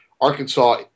Arkansas –